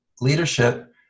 leadership